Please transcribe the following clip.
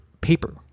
paper